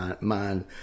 mind